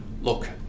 Look